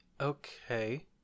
Okay